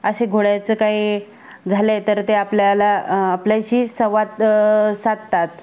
असे घोड्याचं काही झाले तर ते आपल्याला आपल्याशी संवाद साधतात